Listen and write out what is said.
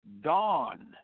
dawn